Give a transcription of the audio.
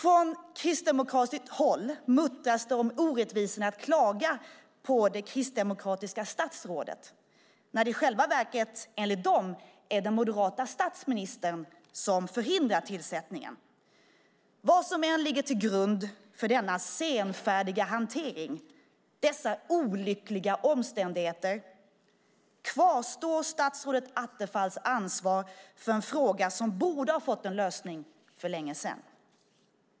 Från kristdemokratiskt håll muttras det om det orättvisa i att klaga på det kristdemokratiska statsrådet när det i själva verket, enligt dem, är den moderata statsministern som förhindrar tillsättningen. Men vad som än ligger till grund för denna senfärdiga hantering, dessa olyckliga omständigheter, kvarstår statsrådet Attefalls ansvar för en fråga som borde ha fått en lösning för länge sedan.